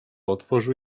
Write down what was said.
otworzył